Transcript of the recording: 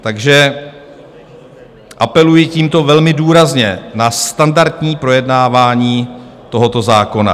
Takže apeluji tímto velmi důrazně na standardní projednávání tohoto zákona.